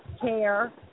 care